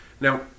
Now